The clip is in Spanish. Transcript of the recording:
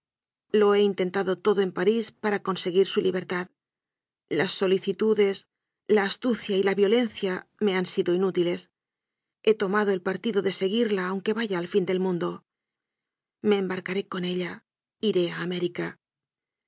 lo he intentado todo en parís para conseguir su libertad las solicitudes la astucia y la violencia me han sido inútiles he tomado el partido de seguirla aunque vaya al fin del mundo me embarcaré con ella iré a américa